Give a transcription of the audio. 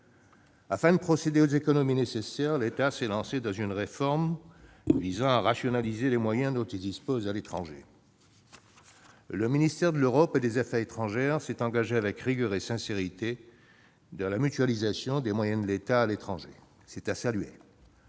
Afin de procéder aux économies nécessaires, l'État s'est lancé dans une réforme visant à rationaliser les moyens dont il dispose à l'étranger. Le ministère de l'Europe et des affaires étrangères s'est engagé avec rigueur et sincérité dans la mutualisation des moyens de l'État à l'étranger, ce qui est à saluer.